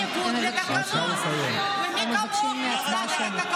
תקנון, הם מבקשים הצבעה שמית.